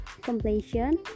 completion